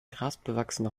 grasbewachsene